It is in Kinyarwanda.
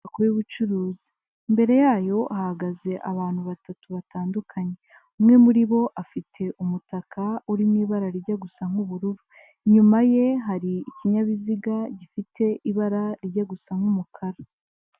Inyubako y'ubucuruzi, imbere yayo hahagaze abantu batatu batandukanye, umwe muri bo afite umutaka urimo ibara rijya gusa nk'ubururu, inyuma ye hari ikinyabiziga gifite ibara rijya gusa nk'umukara.